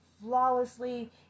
Flawlessly